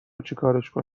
چیکارشون